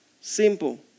Simple